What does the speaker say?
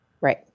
Right